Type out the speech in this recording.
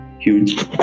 huge